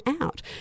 out